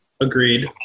agreed